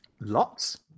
lots